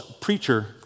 preacher